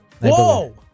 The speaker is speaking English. Whoa